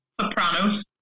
Sopranos